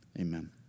Amen